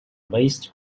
waste